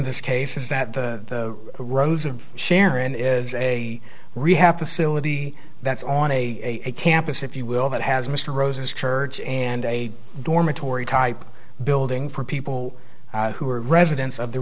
this case is that the rose of sharon is a rehab facility that's on a campus if you will that has mr rose's church and a dormitory type building for people who are residents